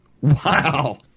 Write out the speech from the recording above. Wow